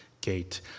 gate